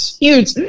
huge